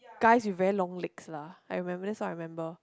guys with very long legs lah I remembered that's I remember